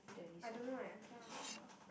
I don't know eh I cannot remember